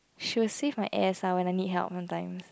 she will save my ass ah when I need help sometimes